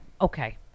Okay